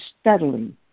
steadily